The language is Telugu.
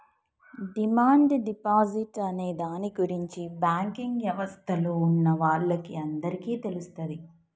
డిమాండ్ డిపాజిట్ అనే దాని గురించి బ్యాంకింగ్ యవస్థలో ఉన్నవాళ్ళకి అందరికీ తెలుస్తది